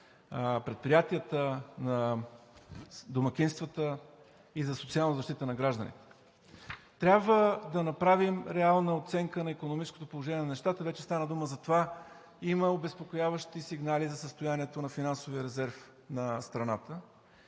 предприятията, на домакинствата и за социална защита на гражданите. Трябва да направим реална оценка на икономическото положение на нещата. Вече стана дума за това, че има обезпокояващи сигнали за състоянието на финансовия резерв на страната